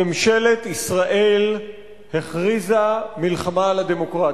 ממשלת ישראל הכריזה מלחמה על הדמוקרטיה.